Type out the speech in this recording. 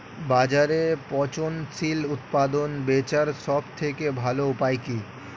বাজারে পচনশীল উৎপাদন বেচার সবথেকে ভালো উপায় কি?